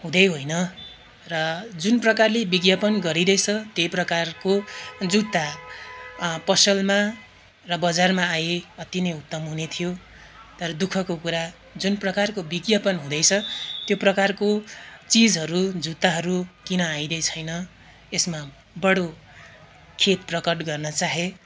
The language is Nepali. हुँदै होइन र जुन प्रकारले विज्ञापन गरिरहेछ त्यही प्रकारको जुत्ता पसलमा र बजारमा आए अति नै उत्तम हुनेथियो तर दुःखको कुरा जुन प्रकारको विज्ञापन हुँदैछ त्यो प्रकारको चिजहरू जुत्ताहरू किन आउँदै छैन यसमा बडो खेद प्रकट गर्न चाहेँ